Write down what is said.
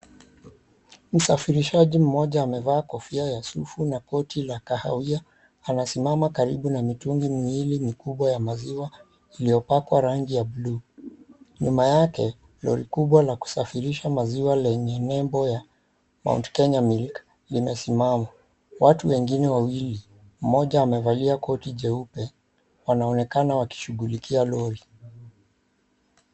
Msafirishaji mmoja amevaa kofia ya sufu na koti la kahawia, anasimama karibu na mitungi miwili mikubwa ya maziwa iliyopakwa rangi ya buluu. Nyuma yake, lori kubwa la kusafirisha maziwa lenye nembo ya Mount Kenya Milk limesimama. Watu wengine wawili, mmoja amevalia koti jeupe, wanaonekana wakishughulikia lori.